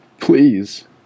please